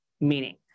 Meaning